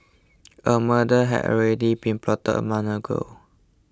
a murder had already been plotted a ago